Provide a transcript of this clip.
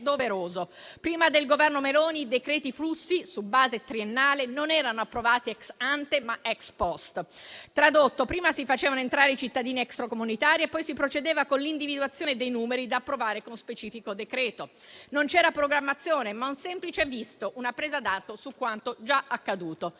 Prima del Governo Meloni i decreti flussi su base triennale non erano approvati *ex ante*, ma *ex post*. Ciò vuol dire che prima si facevano entrare i cittadini extracomunitari e poi si procedeva con l'individuazione dei numeri da approvare con specifico decreto. Non c'era programmazione, ma un semplice visto, una presa d'atto di quanto già accaduto.